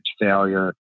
failure